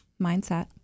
mindset